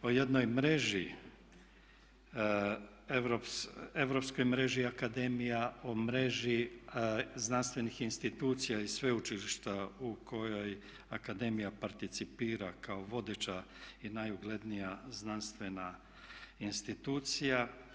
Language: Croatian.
O jednoj mreži, Europskoj mreži akademija, o mreži znanstvenih institucija i sveučilišta u kojoj akademija participira kao vodeća i najuglednija znanstvena institucija.